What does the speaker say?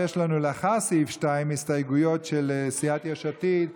יש לנו הסתייגויות לאחר סעיף 2, של סיעת יש עתיד.